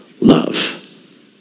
love